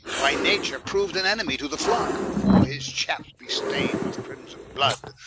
by nature prou'd an enemie to the flock, before his chaps be stayn'd with crimson blood,